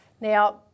Now